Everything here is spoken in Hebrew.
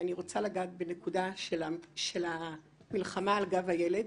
ואני רוצה לגעת בנקודה של המלחמה על גב הילד.